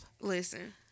Listen